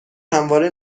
همواره